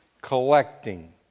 collecting